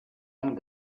longue